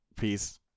peace